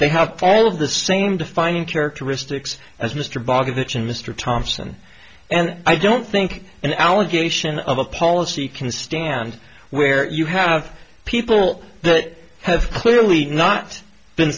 they have all of the same defining characteristics as mr bogden and mr thompson and i don't think an allegation of a policy can stand where you have people that have clearly not been